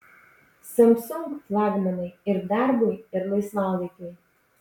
samsung flagmanai ir darbui ir laisvalaikiui